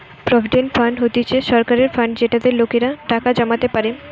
provident fund হতিছে সরকারের fund যেটাতে লোকেরা টাকা জমাতে পারে